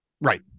Right